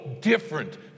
different